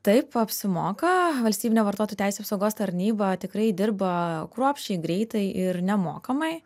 taip apsimoka valstybinė vartotojų teisių apsaugos tarnyba tikrai dirba kruopščiai greitai ir nemokamai